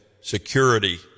security